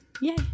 Yay